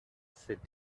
sit